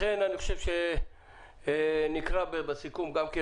לכן אני חושב שנקרא בסיכום גם כן